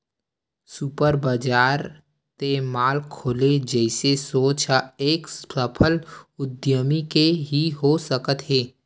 super बजार ते mall खोले जइसे सोच ह एक सफल उद्यमी के ही हो सकत हे